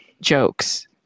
jokes